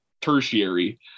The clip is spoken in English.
tertiary